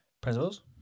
Principles